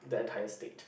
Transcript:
the entire state